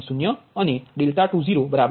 0 અને 20 0